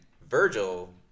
Virgil